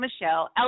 Michelle